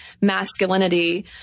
masculinity